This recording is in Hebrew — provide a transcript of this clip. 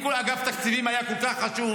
אם אגף תקציבים היה כל כך חשוב,